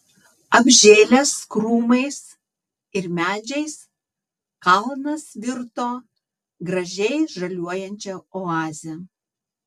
apžėlęs krūmais ir medžiais kalnas virto gražiai žaliuojančia oaze